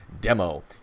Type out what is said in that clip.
demo